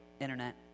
internet